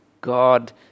God